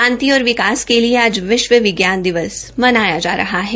शांति और विकास के लिए आज विश्व विज्ञान दिवस मनाया जा रहा है